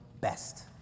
best